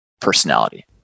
personality